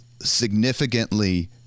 significantly